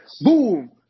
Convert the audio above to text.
Boom